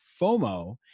FOMO